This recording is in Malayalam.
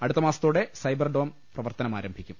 അടുത്തമാസത്തോടെ സൈബർഡോം പ്രവർത്തനമാ രംഭിക്കും